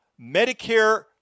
Medicare